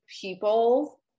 people